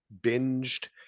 binged